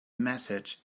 message